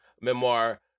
memoir